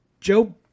Joe